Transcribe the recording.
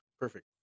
perfect